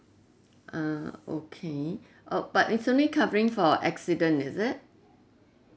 ah okay oh but it's only covering for accident is it